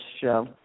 show